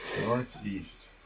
Northeast